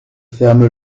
ferme